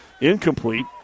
incomplete